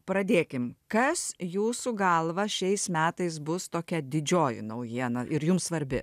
pradėkime kas jūsų galva šiais metais bus tokia didžioji naujiena ir jums svarbi